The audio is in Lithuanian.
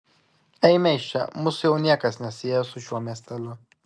eime iš čia mūsų jau niekas nesieja su šiuo miesteliu